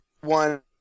one